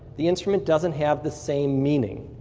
the instrument doesn't have the same meaning.